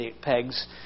pegs